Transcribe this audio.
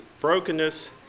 brokenness